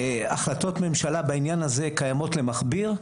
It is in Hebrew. החלטות ממשלה בעניין הזה קיימות למכביר.